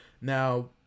Now